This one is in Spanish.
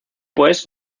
pues